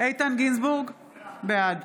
איתן גינזבורג, בעד